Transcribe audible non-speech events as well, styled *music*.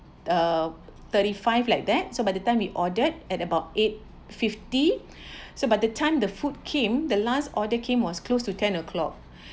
uh thirty five like that so by the time we ordered at about eight fifty *breath* so but the time the food came the last order came was close to ten o'clock *breath*